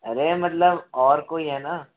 अरे मतलब और कोई है ना